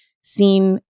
seen